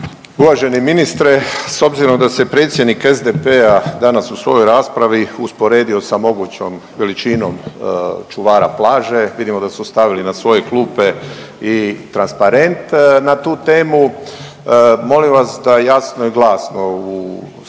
Uvaženi ministre s obzirom da se predsjednik SDP-a danas u svojoj raspravi usporedio sa mogućom veličinom čuvara plaže vidimo da su stavili na svoje klupe i transparent na tu temu, molim vas da jasno i glasno u svrhu